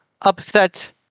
upset